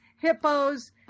hippos